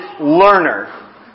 learner